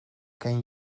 ken